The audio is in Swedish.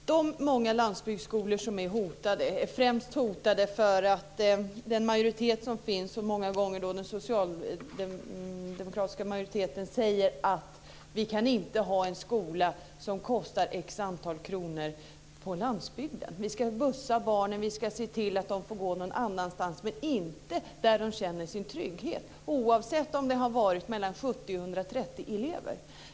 Herr talman! De många landsbygdsskolor som är hotade är hotade främst därför att den majoritet som finns, och som ofta är socialdemokratisk, säger att man inte kan ha en skola som kostar x antal kronor på landsbygden. I stället ska man bussa barnen och se till att de får gå någon annanstans men inte där de känner trygghet, oavsett om det har varit 70-130 elever.